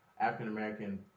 African-American